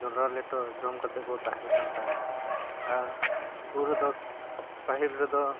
ᱡᱚᱱᱰᱨᱟ ᱞᱮᱴᱚ ᱡᱚᱢ ᱠᱟᱛᱮ ᱠᱚ ᱛᱟᱦᱮᱱ ᱠᱟᱱ ᱛᱟᱦᱮᱱᱟ ᱟᱨ ᱩᱱ ᱨᱮᱫᱚ ᱯᱟᱹᱦᱤᱞ ᱨᱮᱫᱚ